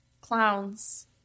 clowns